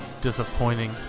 disappointing